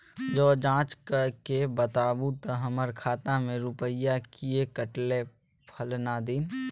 ज जॉंच कअ के बताबू त हमर खाता से रुपिया किये कटले फलना दिन?